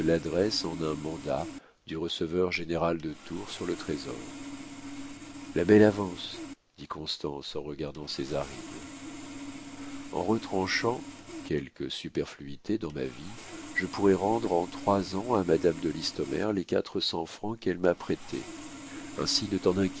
l'adresse en un mandat du receveur-général de tours sur le trésor la belle avance dit constance en regardant césarine en retranchant quelques superfluités dans ma vie je pourrai rendre en trois ans à madame de listomère les quatre cents francs qu'elle m'a prêtés ainsi ne